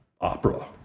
opera